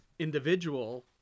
individual